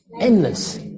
Endless